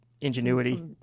ingenuity